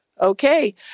Okay